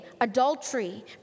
adultery